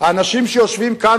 האנשים שיושבים כאן,